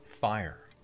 fire